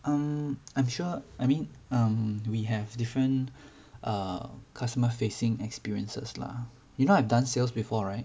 um I'm sure I mean um we have different err customer facing experiences lah you know I have done sales before right